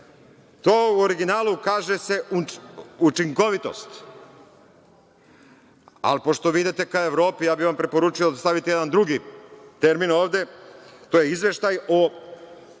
se u originalu kaže učinkovitost, ali pošto vi idete ka Evropi, ja bih vam preporučio da stavite jedan drugi termin ovde, to je izveštaj o